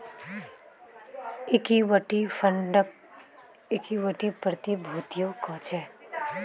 equity फंडक equity प्रतिभूतियो कह छेक